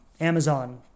Amazon